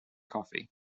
coffee